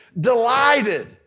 delighted